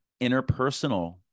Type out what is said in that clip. interpersonal